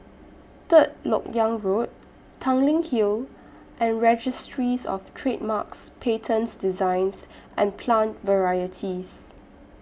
Third Lok Yang Road Tanglin Hill and Registries of Trademarks Patents Designs and Plant Varieties